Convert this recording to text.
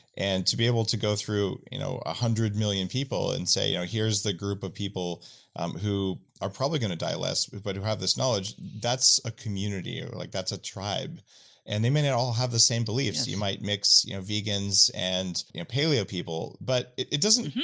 and to be able to go through one you know hundred million people and say, here's the group of people um who are probably going to die less, but who have this knowledge. that's a community or like that's a tribe and they may not all have the same beliefs, you might make so you know vegans and paleo people, but it doesn't,